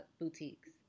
boutiques